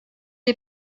est